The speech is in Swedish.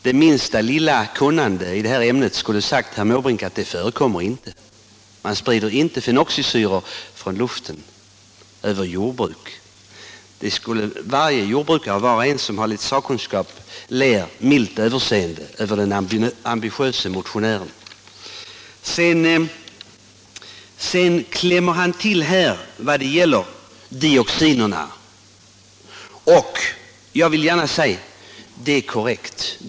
Det minsta lilla kunnande i detta ämne skulle ha hindrat herr Måbrink att motionera om förbud. Man sprider inte fenoxisyror från luften över jordbruk. Varje jordbrukare och envar som har någon liten sakkunskap ler milt överseende mot den ambitiöse motionären. Sedan klämmer herr Måbrink till om dioxinerna, och det vill jag gärna intyga är korrekt.